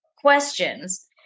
questions